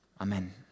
Amen